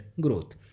growth